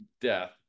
death